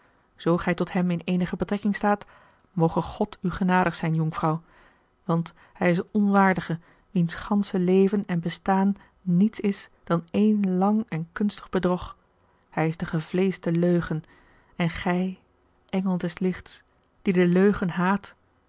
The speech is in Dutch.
zoo gij tot hem in eenige betrekking staat moge god u genadig zijn jonkvrouw want hij is een onwaardige wiens gansche leven en bestaan niets is dan één lang en kunstig bedrog hij is de gevleeschte leugen en gij engel des lichts die de leugen haat